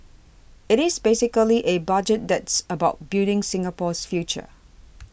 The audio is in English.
it is basically a Budget that's about building Singapore's future